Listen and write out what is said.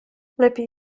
lepiej